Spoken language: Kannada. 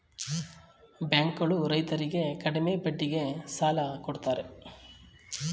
ಬ್ಯಾಂಕ್ ಗಳು ರೈತರರ್ಗೆ ಕಡಿಮೆ ಬಡ್ಡಿಗೆ ಸಾಲ ಕೊಡ್ತಾರೆ